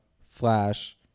Flash